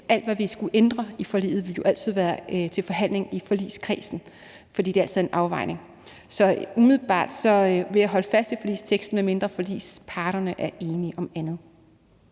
alt, hvad vi skulle ændre i forliget, altid være til forhandling i forligskredsen, fordi det altid er en afvejning. Så umiddelbart vil jeg af respekt for min forligskreds holde fast i forligsteksten, medmindre forligsparterne er enige om andet.